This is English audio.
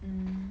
mm